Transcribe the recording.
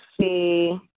see